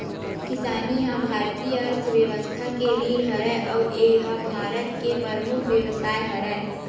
किसानी ह भारतीय अर्थबेवस्था के रीढ़ हरय अउ ए ह भारत के परमुख बेवसाय हरय